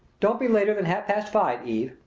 don't be later than half past five, eve,